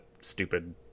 stupid